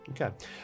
Okay